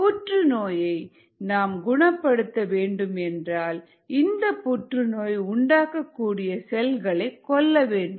புற்று நோயை நாம் குணப்படுத்த வேண்டும் என்றால் இந்த புற்றுநோய் உண்டாக்கக்கூடிய செல்களை கொல்ல வேண்டும்